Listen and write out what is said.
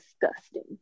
disgusting